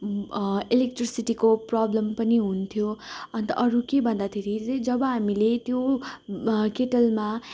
इलेक्ट्रिसिटीको problem पनि हुन्थ्यो अन्त अरू के भन्दाखेरि चाहिँ जब हामीले त्यो केटलमा